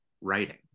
writing